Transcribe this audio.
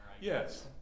Yes